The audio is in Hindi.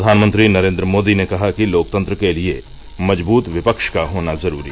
प्रधानमंत्री नरेन्द्र मोदी ने कहा कि लोकतंत्र के लिए मजबूत विपक्ष का होना जरूरी